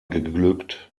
geglückt